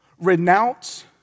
Renounce